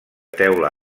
teula